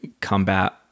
combat